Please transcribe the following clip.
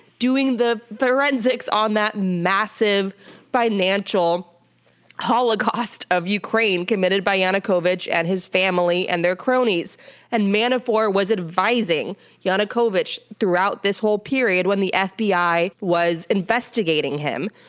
doing the forensics on that massive financial holocaust of ukraine, committed by yanukovych and his family and their cronies and manafort was advising yanukovych throughout this whole period when the fbi was investigating him.